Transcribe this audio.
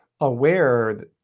aware